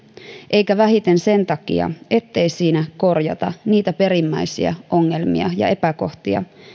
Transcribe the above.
eikä vähiten sen takia ettei siinä korjata niitä perimmäisiä ongelmia ja epäkohtia